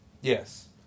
Yes